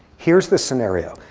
here's the scenario.